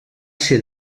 ser